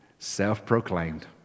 Self-proclaimed